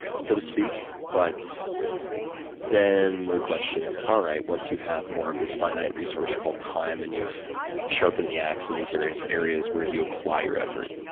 so to speak, but then the question is alright, once you have more of this finite resource called time, and you've sharpened the axe in these various areas where you apply your effort.